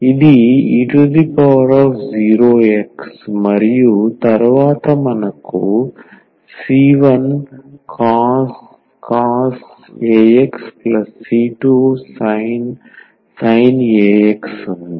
ఇది e0x మరియు తరువాత మనకు c1cos ax c2sin ax ఉంది